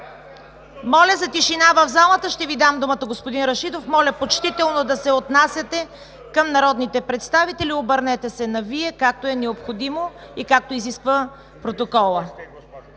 Моля за тишина в залата! Ще Ви дам думата, господин Рашидов – моля почтително да се отнасяте към народните представители! Обърнете се „на Вие“, както е необходимо и както изисква протоколът.